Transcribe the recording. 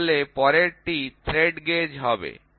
তাহলে পরেরটি thread gauge হবে